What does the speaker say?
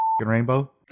rainbow